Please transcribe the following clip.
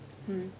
mm